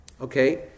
Okay